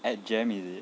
at JEM is it